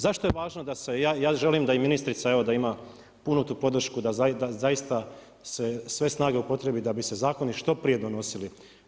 Zašto je važno da se ja želim da i ministrica da ima tu punu podršku da zaista se sve snage upotrijebe da bi se zakoni što prije donosili.